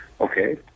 Okay